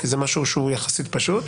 כי זה משהו שהוא יחסית פשוט.